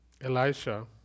Elisha